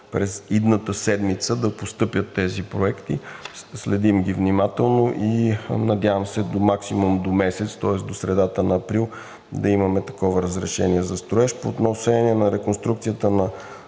през идната седмица да постъпят тези проекти, следим ги внимателно. Надявам се максимум до месец, тоест до средата на април, да имаме такова разрешение за строеж. По отношение на реконструкцията на